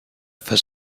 for